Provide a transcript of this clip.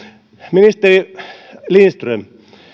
ministeri lindström